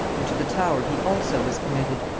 and to the tower he also was committed,